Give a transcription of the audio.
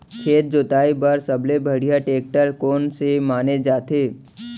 खेत जोताई बर सबले बढ़िया टेकटर कोन से माने जाथे?